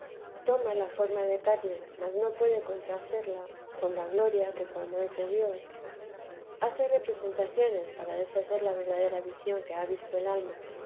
toma la forma de carne mas no puede contrahacerla con la gloria que cuando es de dios hace representaciones para deshacer la verdadera visión que ha visto el alma